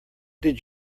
did